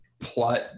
plot